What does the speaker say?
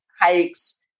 hikes